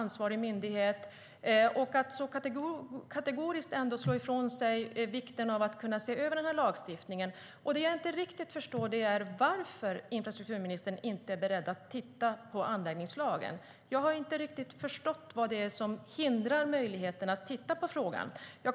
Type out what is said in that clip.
Då är det anmärkningsvärt att infrastrukturministern så kategoriskt slår ifrån sig ansvaret att se över lagstiftningen. Det jag inte riktigt förstår är varför infrastrukturministern inte är beredd att titta på anläggningslagen. Vad är det som hindrar att man tittar på frågan?